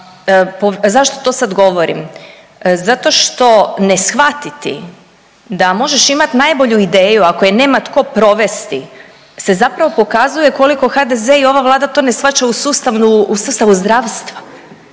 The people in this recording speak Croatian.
A zašto to sada govorim? Zato što ne shvatiti da možeš imati najbolju ideju ako je nema tko provesti se zapravo pokazuje koliko HDZ-e i ova Vlada to ne shvaćaju u sustavu zdravstva.